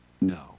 No